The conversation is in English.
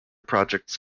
projects